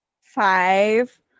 five